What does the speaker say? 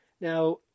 Now